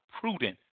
prudent